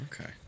Okay